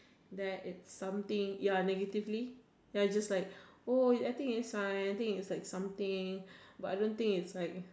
there is something ya negatively then I just like oh I think it's like something but I don't think is like